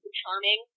charming